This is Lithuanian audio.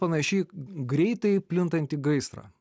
panaši į greitai plintantį gaisrą